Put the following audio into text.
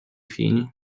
fini